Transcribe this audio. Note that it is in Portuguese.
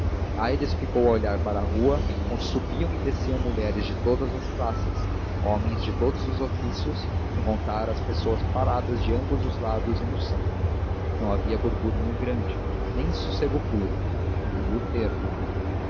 instantes aires ficou a olhar para a rua onde subiam e desciam mulheres de todas as classes homens de todos os ofícios sem contar as pessoas paradas de ambos os lados e no centro não havia burburinho grande nem sossego puro